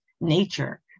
nature